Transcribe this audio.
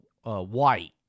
White